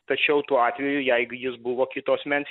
tačiau tuo atveju jeigu jis buvo kito asmens